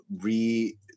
re